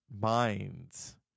minds